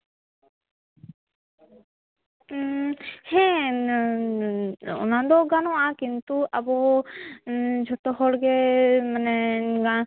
ᱦᱮᱸ ᱚᱱᱟ ᱫᱚ ᱜᱟᱱᱚᱜᱼᱟ ᱠᱤᱱᱛᱩ ᱟᱵᱚ ᱡᱷᱚᱛᱚ ᱦᱚᱲ ᱜᱮ ᱢᱟᱱᱮ